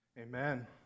Amen